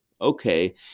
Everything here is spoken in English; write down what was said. Okay